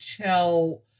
tell